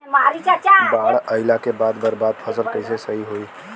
बाढ़ आइला के बाद बर्बाद फसल कैसे सही होयी?